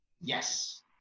yes